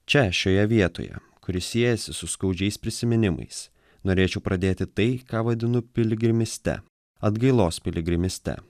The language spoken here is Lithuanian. čia šioje vietoje kuri siejasi su skaudžiais prisiminimais norėčiau pradėti tai ką vadinu piligrimyste atgailos piligrimyste